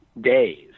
days